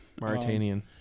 Mauritanian